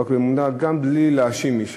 לא רק באמונה, גם בלי להאשים מישהו.